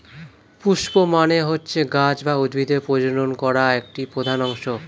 পুস্প মানে হচ্ছে গাছ বা উদ্ভিদের প্রজনন করা একটি প্রধান অংশ